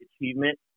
achievement